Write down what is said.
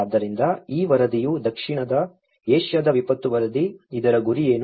ಆದ್ದರಿಂದ ಈ ವರದಿಯು ದಕ್ಷಿಣ ಏಷ್ಯಾದ ವಿಪತ್ತು ವರದಿ ಇದರ ಗುರಿ ಏನು